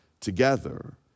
together